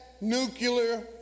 nuclear